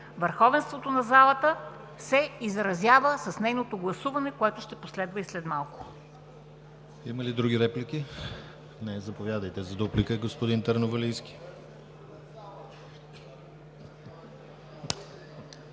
Върховенството на залата се изразява с нейното гласуване, което ще последва след малко.